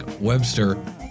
Webster